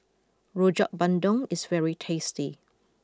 Rojak Bandung is very tasty